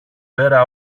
πέρα